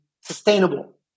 sustainable